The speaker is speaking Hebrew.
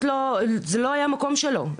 זה לא היה המקום שלו.